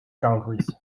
countries